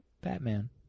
Batman